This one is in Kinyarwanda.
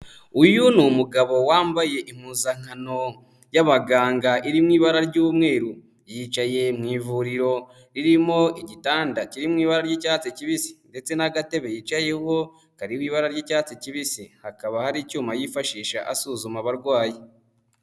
Uyu ni umugabo wambaye impuzankano y'abaganga, iri mu ibara ry'umweru, yicaye mu ivuriro ririmo igitanda kiri mu ibara ry'icyatsi kibisi ndetse n'agatebe yicayeho kariho ibara ry'icyatsi kibisi hakaba hari icyuma yifashisha asuzuma abarwayi.